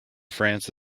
france